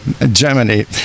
Germany